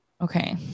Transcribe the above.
okay